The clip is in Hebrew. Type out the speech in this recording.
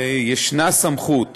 ויש סמכות